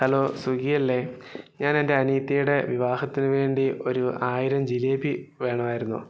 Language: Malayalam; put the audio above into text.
ഹലോ സ്വിഗി അല്ലെ ഞാൻ എൻ്റെ അനുജത്തിയുടെ വിവാഹത്തിന് വേണ്ടി ഒരു ആയിരം ജിലേബി വേണമായിരുന്നു